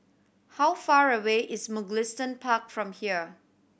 how far away is Mugliston Park from here